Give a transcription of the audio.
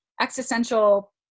existential